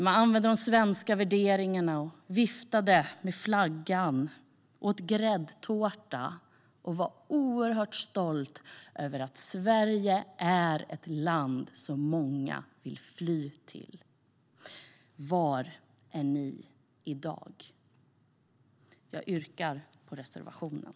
De förde fram de svenska värderingarna, viftade med flaggan, åt gräddtårta och var oerhört stolta över att Sverige är ett land som många vill fly till. Var är ni i dag? Jag yrkar bifall till reservationen.